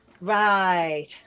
Right